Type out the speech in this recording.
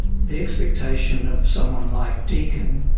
the expectation of someone like deakin,